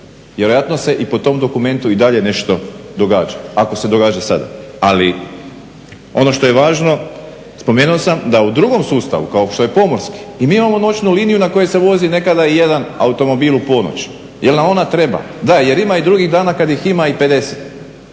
Vjerojatno se i po tom dokumentu i dalje nešto događa, ako se događa sada. Ali ono što je važno, spomenuo sam, da u drugom sustavu, kao što je pomorski i mi imamo noćnu liniju na kojoj se vozi nekada i jedan automobil u ponoć jer nam ona treba. Da, jer ima i drugih dana kada ih ima i 50